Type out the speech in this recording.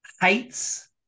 heights